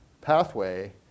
pathway